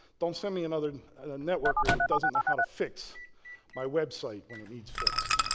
don't send me another networker that doesn't know how to fix my website when it needs fixed.